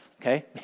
okay